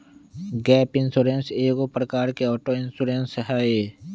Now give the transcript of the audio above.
gap insurance एगो प्रकार के ऑटो इंश्योरेंस हइ